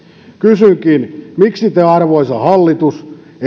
kysynkin miksi te arvoisa hallitus